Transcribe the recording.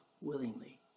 willingly